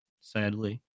Sadly